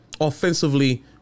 offensively